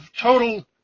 total